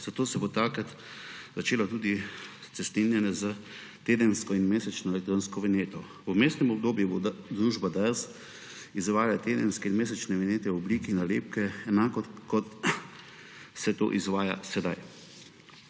Zato se bo takrat začela tudi cestninjenje s tedensko in mesečno elektronsko vinjeto. V vmesnem obdobju bo družba Dars izvajala tedenske in mesečne vinjete v obliki nalepke, enako kot se to izvaja sedaj.